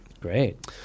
Great